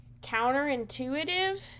counterintuitive